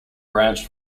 branched